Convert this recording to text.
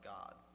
God